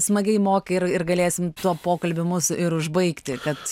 smagiai moki ir ir galėsim tuo pokalbį mūsų ir užbaigti kad